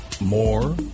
more